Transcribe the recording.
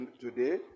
today